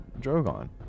Drogon